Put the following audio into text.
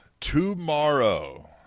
tomorrow